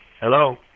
Hello